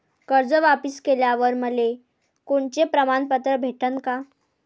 कर्ज वापिस केल्यावर मले कोनचे प्रमाणपत्र भेटन का?